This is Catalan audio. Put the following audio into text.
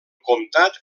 comtat